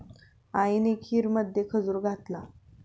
आईने खीरमध्ये खजूर घातला